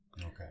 Okay